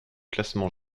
classement